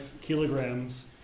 kilograms